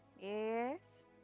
Yes